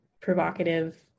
provocative